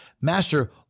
Master